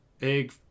egg